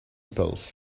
polls